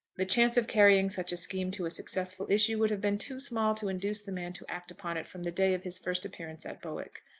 the chance of carrying such a scheme to a successful issue would have been too small to induce the man to act upon it from the day of his first appearance at bowick.